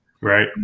Right